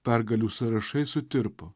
pergalių sąrašai sutirpo